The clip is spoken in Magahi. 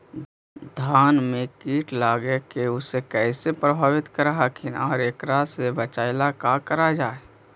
धान में कीट लगके उसे कैसे प्रभावित कर हई और एकरा से बचेला का करल जाए?